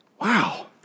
Wow